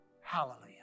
Hallelujah